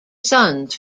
suns